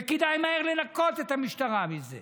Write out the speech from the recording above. וכדאי מהר לנקות את המשטרה מזה.